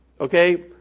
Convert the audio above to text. okay